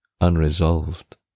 unresolved